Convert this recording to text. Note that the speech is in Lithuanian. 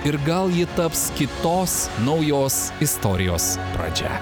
ir gal ji taps kitos naujos istorijos pradžia